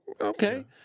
okay